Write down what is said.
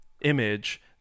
image